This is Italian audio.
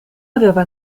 aveva